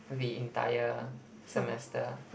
the entire semester